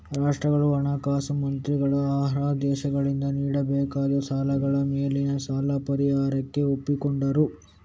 ರಾಷ್ಟ್ರಗಳ ಹಣಕಾಸು ಮಂತ್ರಿಗಳು ಅರ್ಹ ದೇಶಗಳಿಂದ ನೀಡಬೇಕಾದ ಸಾಲಗಳ ಮೇಲಿನ ಸಾಲ ಪರಿಹಾರಕ್ಕೆ ಒಪ್ಪಿಕೊಂಡರು